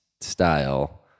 style